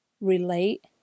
relate